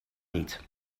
niet